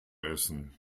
essen